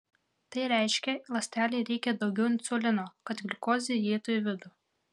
tai reiškia ląstelei reikia daugiau insulino kad gliukozė įeitų į vidų